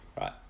Right